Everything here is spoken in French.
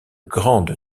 grande